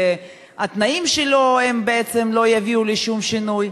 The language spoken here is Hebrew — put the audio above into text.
והתנאים שלו בעצם לא יביאו לשום שינוי.